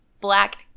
Black